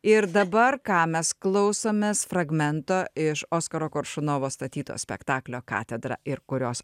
ir dabar ką mes klausomės fragmento iš oskaro koršunovo statyto spektaklio katedra ir kurios